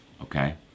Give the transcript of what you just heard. okay